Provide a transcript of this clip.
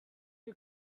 too